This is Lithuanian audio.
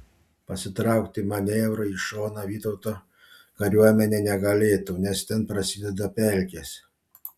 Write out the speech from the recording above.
pasitraukti manevrui į šoną vytauto kariuomenė negalėtų nes ten prasideda pelkės